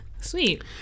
Sweet